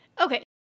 Okay